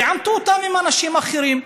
תעמתו אותם עם אנשים אחרים,